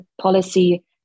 policy